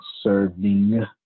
serving